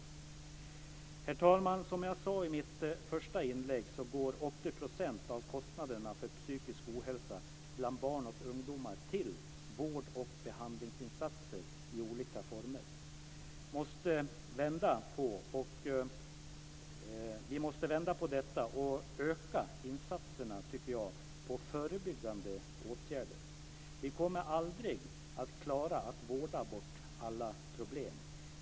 Herr talman! Som jag sade i mitt första inlägg går 80 % av kostnaderna för psykisk ohälsa bland barn och ungdomar till vård och behandlingsinsatser i olika former. Vi måste vända på detta och öka insatserna på förebyggande åtgärder, tycker jag. Vi kommer aldrig att klara att vårda bort alla problem.